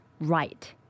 Right